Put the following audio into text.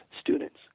students